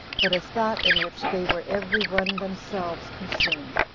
but as that in which they were every one themselves concerned.